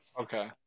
Okay